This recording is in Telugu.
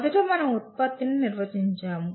మొదట మనం ఉత్పత్తిని నిర్వచించాము